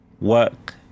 work